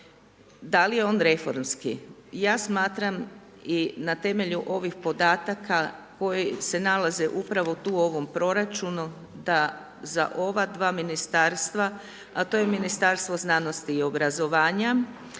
Da li je on reformski? Ja smatram i na temelju ovih podataka, koji se nalaze upravo tu u ovom proračunu, da za ova 2 ministarstva, a to je Ministarstvo znanosti i obrazovanja,